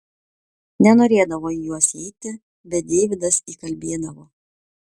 nenorėdavo į juos eiti bet deividas įkalbėdavo